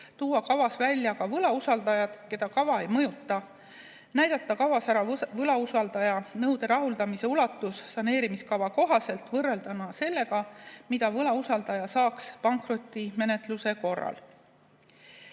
tuua kavas välja ka võlausaldajad, keda kava ei mõjuta, näidata kavas ära võlausaldaja nõude rahuldamise ulatus saneerimiskava kohaselt võrrelduna sellega, mille võlausaldaja saaks pankrotimenetluse korral.